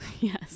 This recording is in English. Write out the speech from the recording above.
yes